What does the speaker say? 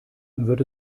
wird